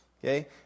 Okay